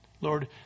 Lord